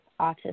autism